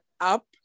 up